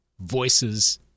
voices